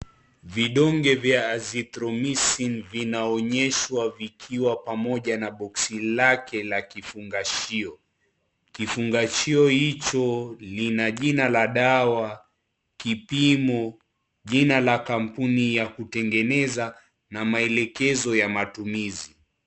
Vidonge vya Azithromicyn vinaonyeshwa vikiwa kwa pamoja na boksi lake la kifungashio, kifungashio hicho lina jina la dawa kipimo jina la kampuni ya kutengeneza na maelekezo matumizi.